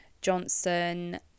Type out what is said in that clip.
Johnson